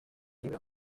libro